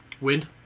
Wind